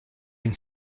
can